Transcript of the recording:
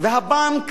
והבנק